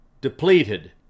depleted